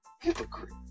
Hypocrite